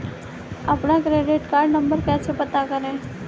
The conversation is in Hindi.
अपना क्रेडिट कार्ड नंबर कैसे पता करें?